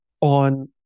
on